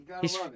hes